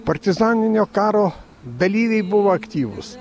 partizaninio karo dalyviai buvo aktyvūs